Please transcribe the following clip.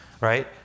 right